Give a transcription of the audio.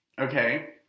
Okay